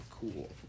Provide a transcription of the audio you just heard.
cool